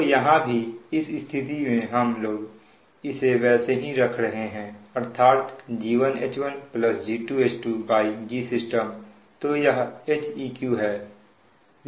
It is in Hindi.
तो यहां भी इस स्थिति में हम लोग इसे वैसे ही रख रहे हैं अर्थात G1 H1 G2 H2 Gsystem तो यह Heq है